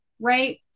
Right